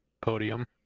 podium